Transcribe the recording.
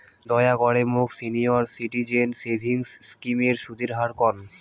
দয়া করে মোক সিনিয়র সিটিজেন সেভিংস স্কিমের সুদের হার কন